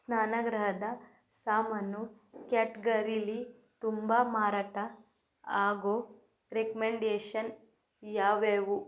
ಸ್ನಾನಗೃಹದ ಸಾಮಾನು ಕ್ಯಾಟ್ಗರೀಲ್ಲಿ ತುಂಬ ಮಾರಾಟ ಆಗೋ ರೆಕ್ಮೆಂಡೇಷನ್ ಯಾವು ಯಾವು